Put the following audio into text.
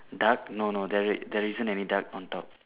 duck no no there there isn't any duck on top